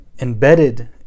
embedded